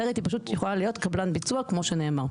אחרת היא פשוט יכולה להיות קבלן ביצוע, כמו שנאמר.